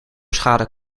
schade